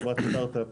חברת סטארט-אפ